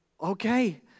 okay